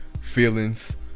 feelings